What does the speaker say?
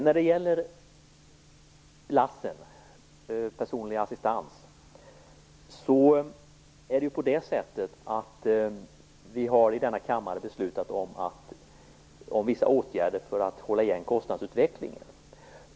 När det gäller LASS:en och personlig assistans har vi i denna kammare beslutat om vissa åtgärder för att hålla igen kostnadsutvecklingen.